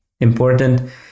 Important